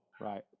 Right